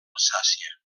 alsàcia